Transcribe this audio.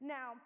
Now